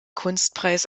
kunstpreis